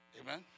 Amen